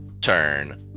turn